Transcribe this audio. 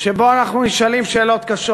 שבהם אנחנו נשאלים שאלות קשות,